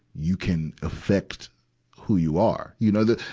you can affect who you are. you know, the,